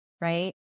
right